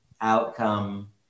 outcome